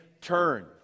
turn